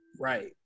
Right